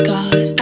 God